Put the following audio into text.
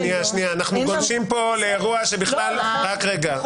סליחה, אנחנו גולשים כאן לאירוע לא ברור.